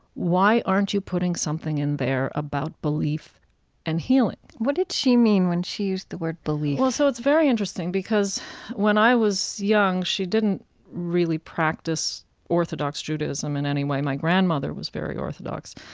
why aren't you putting something in there about belief and healing? what did she mean when she used the word belief? well, so it's very interesting, because when i was young, she didn't really practice orthodox judaism in any way. my grandmother was very orthodox.